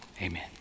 amen